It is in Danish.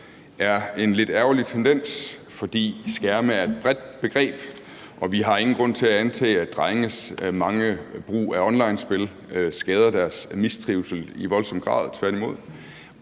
er en lidt ærgerlig tendens, fordi skærme er et bredt begreb, og vi har ingen grund til antage, at drenges megen brug af onlinespil er skadelig i voldsom grad med